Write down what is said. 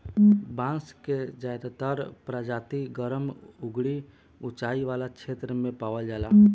बांस के ज्यादातर प्रजाति गरम अउरी उचाई वाला क्षेत्र में पावल जाला